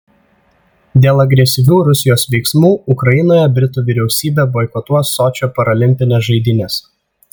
dėl agresyvių rusijos veiksmų ukrainoje britų vyriausybė boikotuos sočio paralimpines žaidynes